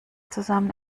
zusammen